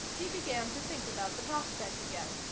he began to think about the prospect again.